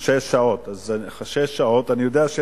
שש שעות, אבל מי סופר.